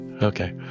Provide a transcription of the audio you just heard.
Okay